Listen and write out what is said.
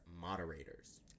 moderators